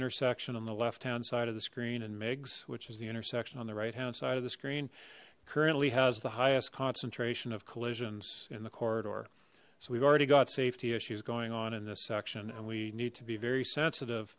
intersection on the left hand side of the screen and migs which is the intersection on the right hand side of the screen currently has the highest concentration of collisions in the corridor so we've already got safety issues going on in this section and we need to be very sensitive